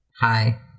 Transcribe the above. Hi